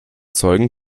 zeugen